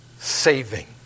saving